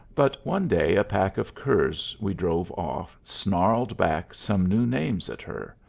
but one day a pack of curs we drove off snarled back some new names at her,